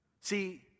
See